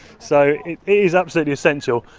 so it is absolutely essential.